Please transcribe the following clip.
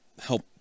help